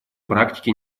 практике